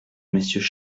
monsieur